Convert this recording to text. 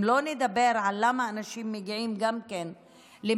אם לא נדבר על למה האנשים מגיעים גם כן למצב